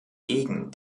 gegen